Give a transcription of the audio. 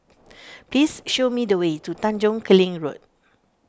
please show me the way to Tanjong Kling Road